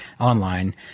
online